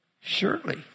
Surely